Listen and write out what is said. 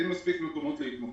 אין מספיק מקומות להתמחות,